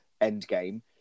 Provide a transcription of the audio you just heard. Endgame